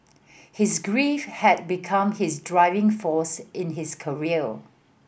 his grief had become his driving force in his career